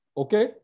okay